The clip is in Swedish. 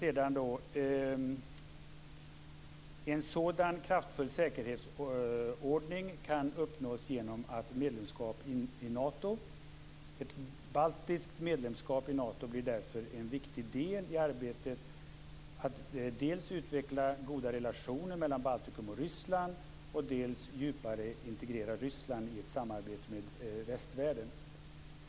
En sådan kraftfull säkerhetsordning kan uppnås genom ett medlemskap i Nato. Ett baltiskt medlemskap i Nato blir därför en viktig del i arbetet att dels utveckla goda relationer mellan Baltikum och Ryssland, dels djupare integrera Ryssland i ett samarbete med västvärlden.